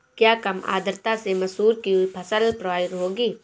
क्या कम आर्द्रता से मसूर की फसल प्रभावित होगी?